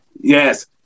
Yes